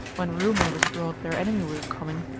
when rumour was brought their enemies were coming,